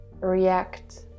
react